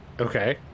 Okay